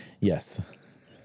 Yes